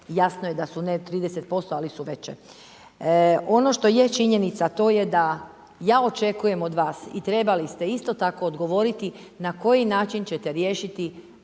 jasno je da su, ne 30%, ali su veće. Ono što je činjenica, to je da ja očekujem od vas i trebali ste isto tako odgovoriti na koji način ćete riješiti